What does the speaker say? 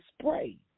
spray